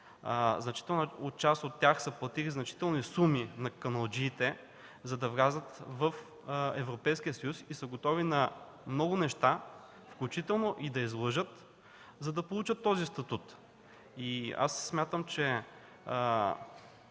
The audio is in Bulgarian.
част от тях са платили големи суми на каналджиите, за да влязат в Европейския съюз и са готови на много неща, включително и да излъжат, за да получат този статут. Смятам, че